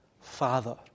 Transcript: Father